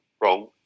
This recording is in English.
wrong